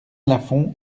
lafond